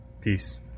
Peace